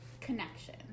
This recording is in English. connection